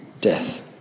death